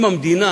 אם המדינה